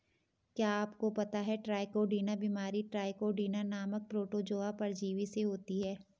क्या आपको पता है ट्राइकोडीना बीमारी ट्राइकोडीना नामक प्रोटोजोआ परजीवी से होती है?